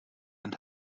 and